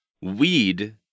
Weed